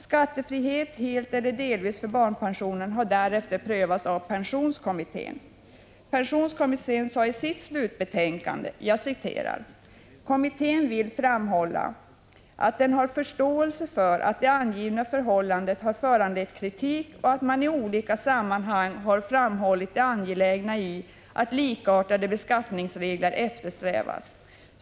Skattefrihet helt eller delvis för barnpension har därefter prövats av pensionskommittén. Pensionskommittén sade i sitt slutbetänkande SOU 1981:61: ”Kommittén vill framhålla att den har förståelse för att det angivna förhållandet har föranlett kritik och att man i olika sammanhang har framhållit det angelägna i att likartade beskattningsregler eftersträvas.